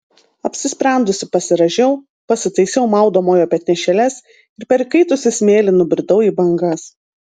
apsisprendusi pasirąžiau pasitaisiau maudomojo petnešėles ir per įkaitusį smėlį nubridau į bangas